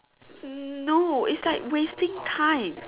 hmm no it's like wasting time